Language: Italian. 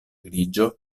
grigio